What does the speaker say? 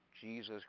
Jesus